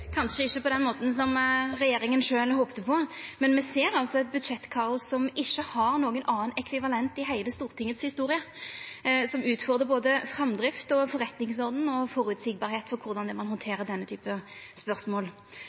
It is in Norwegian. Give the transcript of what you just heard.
kanskje ikkje på den måten som regjeringa sjølv håpte på, men me ser altså eit budsjettkaos som ikkje har nokon annan ekvivalent i heile Stortingets historie, og som utfordrar både framdrifta og forretningsordenen og føreseielegheita for korleis ein skal handtera den typen spørsmål.